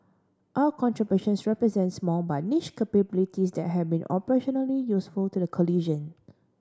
our contributions represent small but niche capabilities that have been operationally useful to the coalition